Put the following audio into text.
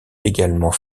également